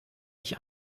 ich